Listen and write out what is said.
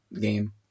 game